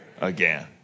again